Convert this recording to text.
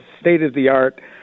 state-of-the-art